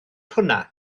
hwnna